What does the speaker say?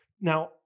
Now